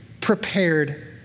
prepared